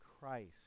Christ